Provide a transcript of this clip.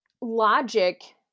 logic